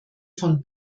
von